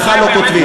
לך לא כותבים.